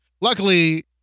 luckily